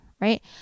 right